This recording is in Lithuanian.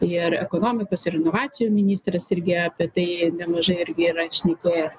ir ekonomikos ir inovacijų ministras irgi apie tai nemažai irgi yra šnekėjęs